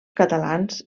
catalans